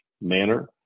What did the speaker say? manner